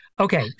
Okay